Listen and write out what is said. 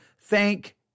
thank